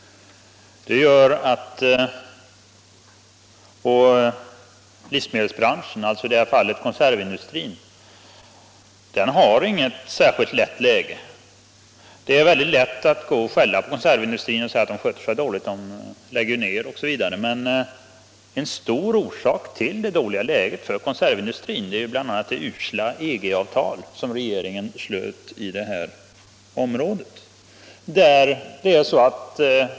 Livsmedelsbranschen, alltså i detta fall konservindustrin, har inget särskilt bra läge. Det är lätt att skälla på konservindustrin och säga att man sköter sig dåligt — man lägger ju ned osv. Men en viktig orsak till det dåliga läget för konservindustrin är det usla EG-avtal som regeringen slöt på detta område.